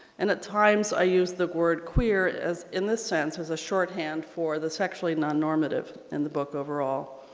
and at times i use the word queer as in this sense as a shorthand for the sexually non-normative in the book overall.